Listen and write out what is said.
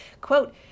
Quote